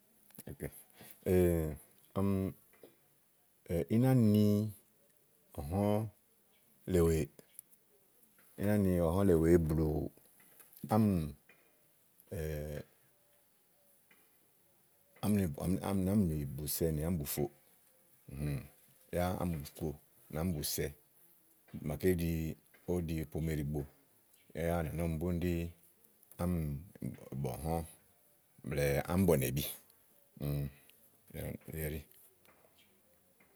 Í ná ni ɔ̀hɔ̃ le wèeè, ína ni ɔ̀hɔ̃ le wèe tu blù ámi bùsɛ, nì ámìbùfòo, ámì bùfo nì ámì bùsɛ màaké ɖii ówo ɖi pome ɖìigbo. Yá ì nà nɔ̀ ni bùni ɖi ámì bɔ̀hɔ̃ blɛ̀ɛámì bɔ̀nɛ̀bi yá elí ɛɖi.